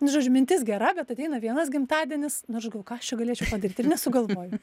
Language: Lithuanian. nu žodžiu mintis gera bet ateina vienas gimtadienis nu ir aš galvoju ką aš čia galėčiau padaryti ir nesugalvoju